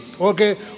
Okay